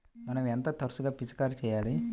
మనం ఎంత తరచుగా పిచికారీ చేయాలి?